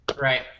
Right